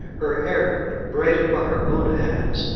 her hair, braided by her own hands,